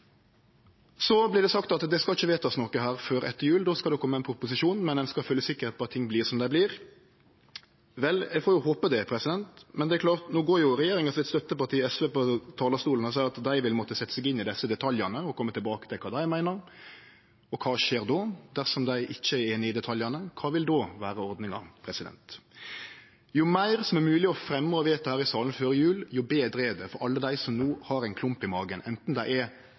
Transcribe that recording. Det vert sagt at det ikkje skal fattast vedtak her før etter jul. Då skal det kome ein proposisjon, men ein skal føle sikkerheit for at ting vert som dei vert. Eg får jo håpe det, men det er klart at no gjekk regjeringa sitt støtteparti, SV, på talarstolen og sa at dei vil måtte setje seg inn i desse detaljane og kome tilbake til kva dei meiner. Og kva skjer då, dersom dei ikkje er einige i detaljane? Kva vil då vere ordninga? Jo meir som er mogleg å fremje og vedta her i salen før jul, jo betre er det for alle dei som no har ein klump i magen – anten dei er